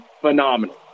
phenomenal